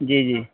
جی جی